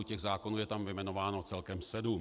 Těch zákonů je tam vyjmenováno celkem sedm.